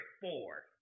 four